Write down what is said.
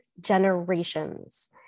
generations